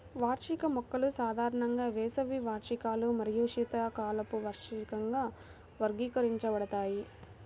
వార్షిక మొక్కలు సాధారణంగా వేసవి వార్షికాలు మరియు శీతాకాలపు వార్షికంగా వర్గీకరించబడతాయి